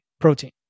Protein